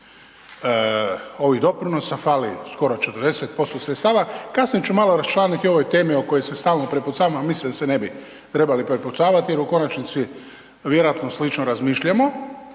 ovih doprinosa fali skoro 40% sredstava, kasnije ću malo raščlaniti o ovoj temi o kojoj se stalno prepucavamo, a mislim da se ne bi trebali prepucavati jer u konačnici vjerojatno slično razmišljamo.